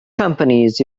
companies